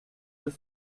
deux